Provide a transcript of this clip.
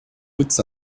puts